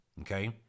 okay